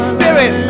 Spirit